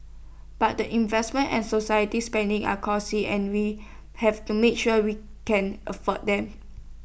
but the investments and society spending are costly and we have to make sure we can afford them